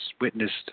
witnessed